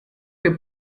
que